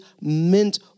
meant